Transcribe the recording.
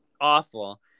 awful